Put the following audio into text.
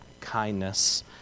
kindness